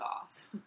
off